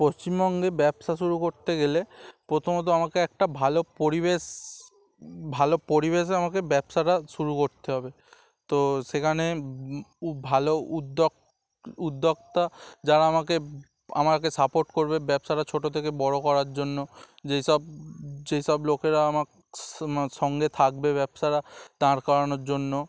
পশ্চিমবঙ্গে ব্যবসা শুরু করতে গেলে প্রথমত আমাকে একটা ভালো পরিবেশ ভালো পরিবেশে আমাকে ব্যবসাটা শুরু করতে হবে তো সেখানে খুব ভালো উদ্যোক উদ্যোক্তা যারা আমাকে আমাকে সাপোর্ট করবে ব্যবসাটা ছোট থেকে বড় করার জন্য যেসব যেসব লোকেরা আমার সঙ্গে থাকবে ব্যবসাটা দাঁড় করানোর জন্য